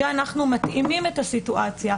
כשאנחנו מתאימים את הסיטואציה,